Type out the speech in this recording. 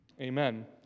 Amen